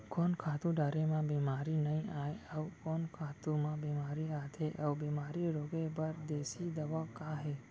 कोन खातू डारे म बेमारी नई आये, अऊ कोन खातू म बेमारी आथे अऊ बेमारी रोके बर देसी दवा का हे?